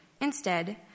Instead